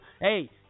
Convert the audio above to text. Hey